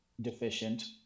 deficient